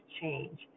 change